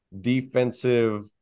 defensive